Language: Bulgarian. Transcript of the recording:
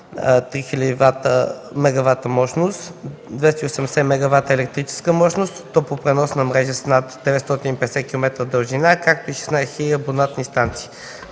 3000 мегавата мощност, 280 мегавата електрическа мощност, топлопреносна мрежа с над 950 километра дължина, както и 16 000 абонатни станции.